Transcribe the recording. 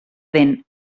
dent